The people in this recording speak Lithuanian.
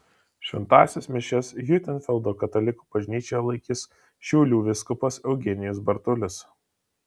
šventąsias mišias hiutenfeldo katalikų bažnyčioje laikys šiaulių vyskupas eugenijus bartulis